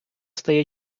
стає